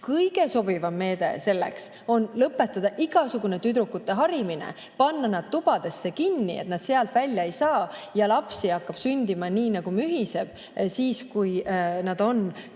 kõige sobivam meede selleks on lõpetada igasugune tüdrukute harimine, panna nad tubadesse kinni, nii et nad sealt välja ei saa. Ja lapsi hakkab sündima nii nagu mühiseb, siis, kui nad on,